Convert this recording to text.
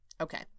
Okay